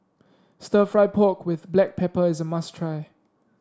stir fry pork with Black Pepper is a must try